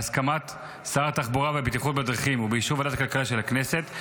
בהסכמת שר התחבורה והבטיחות בדרכים ובאישור ועדת הכלכלה של הכנסת,